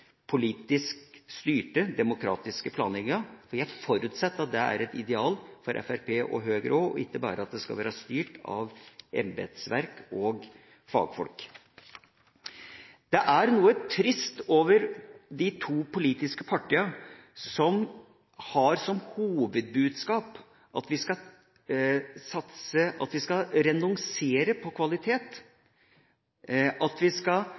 politisk styrte demokratiske planlegginga. Det forutsetter at det er et ideal for Fremskrittspartiet og Høyre også, og ikke bare at det skal være styrt av embetsverk og fagfolk. Det er noe trist over de to politiske partiene som har som hovedbudskap at vi skal renonsere på kvalitet